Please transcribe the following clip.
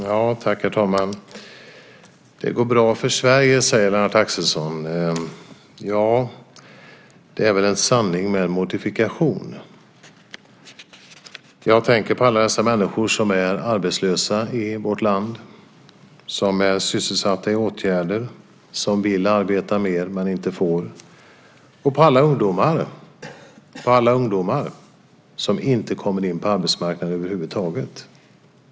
Herr talman! Det går bra för Sverige, säger Lennart Axelsson. Ja, det är väl en sanning med modifikation. Jag tänker på alla de människor i vårt land som är arbetslösa, som är sysselsatta i åtgärder, som vill arbeta mer men inte får, och jag tänker på alla ungdomar som inte kommer in på arbetsmarknaden över huvud taget.